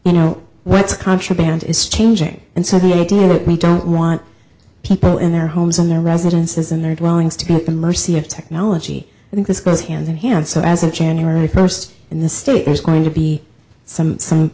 you know what's contraband is changing and so the idea that we don't want people in their homes in their residences in their dwellings to kokomo c of technology i think this goes hand in hand so as of january st in the state there's going to be some some